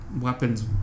weapons